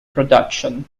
production